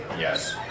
Yes